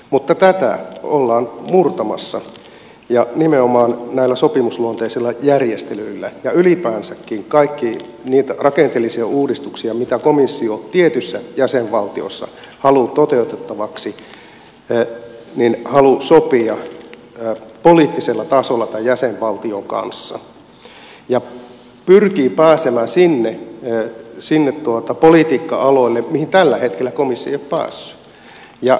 mutta tätä ollaan murtamassa ja nimenomaan näillä sopimusluonteisilla järjestelyillä ja ylipäänsäkin kaikkia niitä rakenteellisia uudistuksia mitä komissio tietyssä jäsenvaltiossa haluaa toteutettavaksi haluaa sopia poliittisella tasolla tai jäsenvaltion kanssa ja pyrkii pääsemään sinne politiikka aloille mihin tällä hetkellä komissio ei ole päässyt